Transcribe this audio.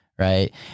right